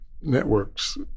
networks